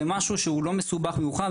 זה משהו שהוא לא מסובך במיוחד,